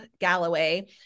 Galloway